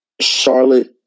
Charlotte